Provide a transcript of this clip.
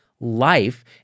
Life